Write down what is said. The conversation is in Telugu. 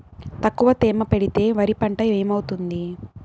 తక్కువ తేమ పెడితే వరి పంట ఏమవుతుంది